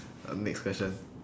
uh next question